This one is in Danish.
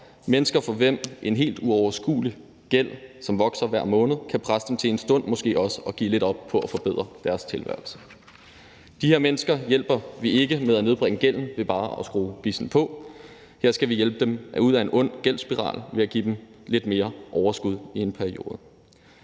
mennesker, som af en helt uoverskuelig gæld, som vokser hver måned, kan blive presset til for en stund måske også at give lidt op over for at forbedre deres tilværelse. De her mennesker hjælper vi ikke med at nedbringe gælden ved bare at skrue bissen på. Her skal vi hjælpe dem ud af en ond gældsspiral ved at give dem lidt mere overskud i en periode.